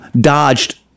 dodged